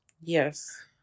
Yes